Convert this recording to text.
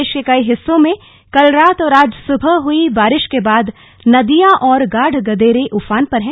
प्रदेश के कई हिस्सों में कल रात और आज सुबह हुई बारिश के बाद नदियां और गाढ़ गदेरे उफान पर हैं